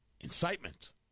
Incitement